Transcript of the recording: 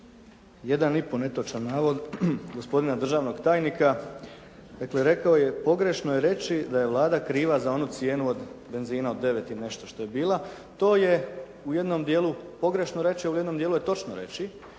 jedan i pol netočan navod gospodina državnog tajnika. Dakle rekao je, pogrešno je reći da je Vlada kriva za onu cijenu od benzina od 9 i nešto što je bila. To je u jednom dijelu pogrešno reći, u jednom dijelu je točno reći,